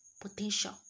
potential